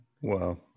Wow